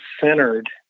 centered